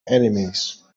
enemies